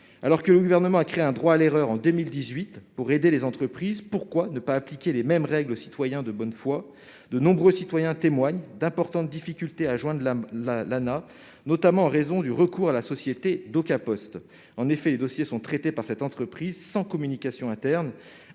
alors que le gouvernement a créé un droit à l'erreur en 2018 pour aider les entreprises, pourquoi ne pas appliquer les mêmes règles aux citoyens de bonne foi, de nombreux citoyens témoigne d'importantes difficultés à joindre la la Lana, notamment en raison du recours à la société d'aucun poste, en effet, les dossiers sont traités par cette entreprise sans communication interne